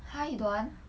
!huh! you don't want